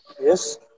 Yes